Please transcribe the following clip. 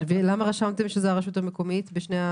למה רשמתם שזה הרשות המקומית בשני הסעיפים האלה?